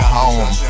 home